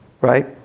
Right